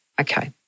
Okay